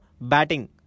Batting